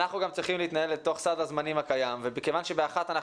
אנחנו גם צריכים להתנהל בתוך סד הזמנים הקיים ומכיוון שבאחת אנחנו